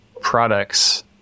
products